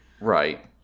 Right